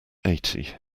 eighty